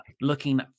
looking